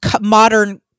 modern